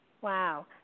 Wow